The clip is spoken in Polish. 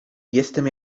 jestem